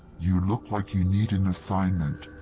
you look like you need an assignment.